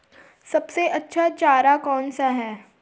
सबसे अच्छा चारा कौन सा है?